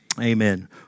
amen